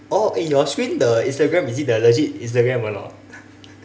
oh eh your screen the instagram is the legit instagram or not